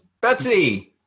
betsy